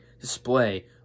display